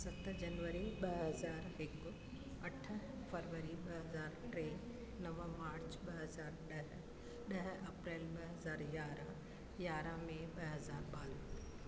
सत जनवरी ॿ हज़ार हिकु अठ फरवरी ॿ हज़ार टे नव मार्च ॿ हज़ार ॾह ॾह अप्रैल ॿ हज़ार यारहं यारहं मई ॿ हज़ार ॿारहं